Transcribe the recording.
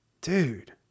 Dude